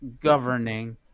governing